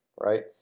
right